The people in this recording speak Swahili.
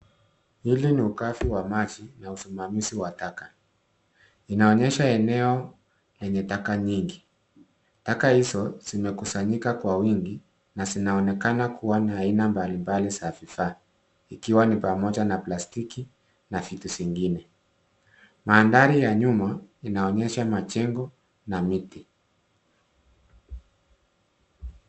Hili ni ugavi wa maji na usimamizi wa taka. Inaonyesha eneo lenye taka nyingi. Taka hizo zimekusanyika kwa wingi na zinaonekana kuwa na aina mbalimbali za vifaa, ikiwa ni pamoja na plastiki na vitu zingine. Maandhari ya nyuma inaonyesha majengo na miti.